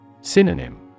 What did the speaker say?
Synonym